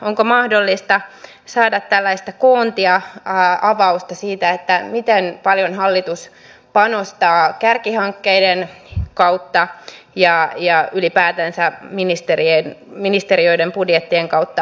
onko mahdollista saada tällaista koontia avausta siitä miten paljon hallitus panostaa kärkihankkeiden kautta ja ylipäätänsä ministeriöiden budjettien kautta itämeri työhön